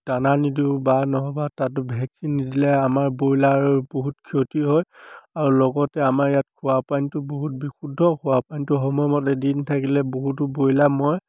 দানা নিদিওঁ বা নহ'বা তাতো ভেকচিন নিদিলে আমাৰ ব্ৰইলাৰ বহুত ক্ষতি হয় আৰু লগতে আমাৰ ইয়াত খোৱাপানীটো বহুত বিশুদ্ধ খোৱা পানীটো সময়মতে দি নাথাকিলে বহুতো ব্ৰইলাৰ মৰি